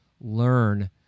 learn